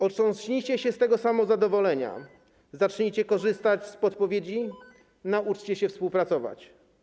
Otrząśnijcie się z tego samozadowolenia, zacznijcie korzystać z podpowiedzi, nauczcie się współpracować.